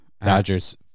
Dodgers